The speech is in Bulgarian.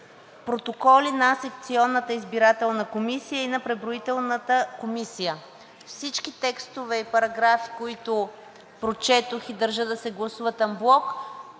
„Протоколи на секционната избирателна комисия и на преброителната комисия“. Всички текстове и параграфи, които прочетох и държа да се гласуват анблок,